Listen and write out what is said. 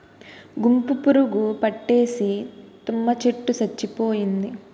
గుంపు పురుగు పట్టేసి తుమ్మ చెట్టు సచ్చిపోయింది